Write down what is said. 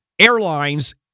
Airlines